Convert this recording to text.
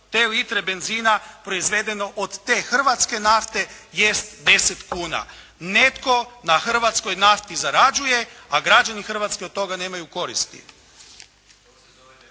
te litre benzina proizvedeno od te hrvatske nafte jest 10 kuna. Netko na hrvatskoj nafti zarađuje, a građani Hrvatske od toga nemaju koristi.